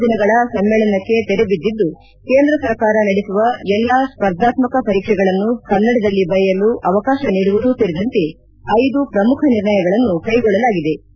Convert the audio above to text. ಮೂರುದಿನಗಳ ಸಮ್ಮೇಳನಕ್ಕೆ ತೆರೆ ಬಿದ್ದಿದ್ದು ಕೇಂದ್ರ ಸರ್ಕಾರ ನಡೆಸುವ ಎಲ್ಲ ಸ್ಪರ್ಧಾತ್ಮಾಕ ಪರೀಕ್ಷೆಗಳನ್ನು ಕನ್ನಡದಲ್ಲಿ ಬರೆಯಲು ಅವಕಾಶ ನೀಡುವುದು ಸೇರಿದಂತೆ ಐದು ಪ್ರಮುಖ ನಿರ್ಣಯಗಳನ್ನು ಕೈಗೊಳ್ಳಲಾಗಿದೆ